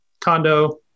condo